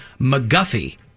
McGuffey